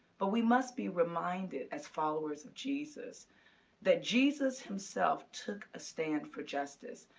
but we must be reminded as followers of jesus that jesus himself took a stand for justice.